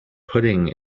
pudding